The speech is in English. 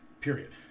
Period